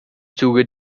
zuge